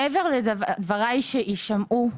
מעבר לדבריי שיישמעו,